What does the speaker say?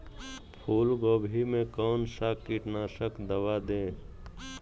फूलगोभी में कौन सा कीटनाशक दवा दे?